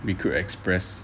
recruit express